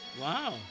Wow